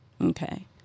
Okay